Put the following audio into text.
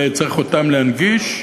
וצריך אותן להנגיש,